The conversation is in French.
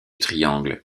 triangle